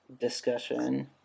discussion